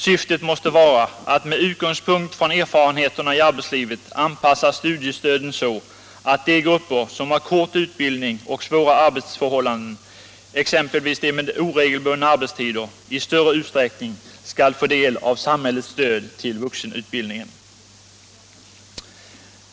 Syftet måste vara att med utgångspunkt - Onsdagen den i erfarenheterna från arbetslivet anpassa studiestöden så att de grupper 16 mars 1977 som har kort utbildning och svåra arbetsförhållanden, exempelvisdemed ——— oregelbundna arbetstider, i större utsträckning skall få del av samhällets Anslag till studiesostöd till vuxenutbildningen.